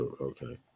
okay